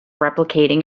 replicating